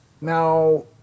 Now